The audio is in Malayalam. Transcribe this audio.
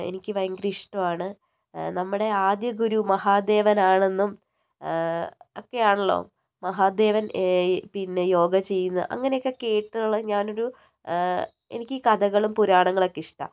എനിക്ക് ഭയങ്കര ഇഷ്ടവും ആണ് നമ്മുടെ ആദ്യ ഗുരു മഹാദേവനാണെന്നും ഒക്കെയാണല്ലോ മഹാദേവൻ ഏ പിന്ന യോഗ ചെയ്യുന്ന അങ്ങനെയൊക്കെ കേട്ടിട്ടുള്ള ഞാനൊരു എനിക്ക് കഥകളും പുരാണങ്ങളും ഒക്കെ ഇഷ്ടമാണ്